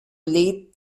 late